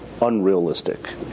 unrealistic